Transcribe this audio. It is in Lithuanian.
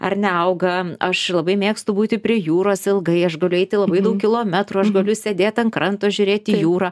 ar neauga aš labai mėgstu būti prie jūros ilgai aš galiu eiti labai daug kilometrų aš galiu sėdėt ant kranto žiūrėt į jūrą